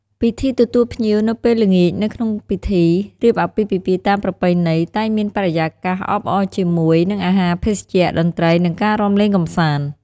ពិធីទទួលភ្ញៀវនៅពេលល្ងាចនៅក្នុងពិធី រៀបអាពាហ៍ពិពាហ៍តាមប្រពៃណីតែងមានបរិយាកាសអបអរជាមួយ នឹងអាហារភេសជ្ជៈតន្ត្រីនិងការរាំលេងកំសាន្ត។